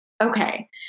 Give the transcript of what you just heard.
okay